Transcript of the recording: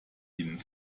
ihnen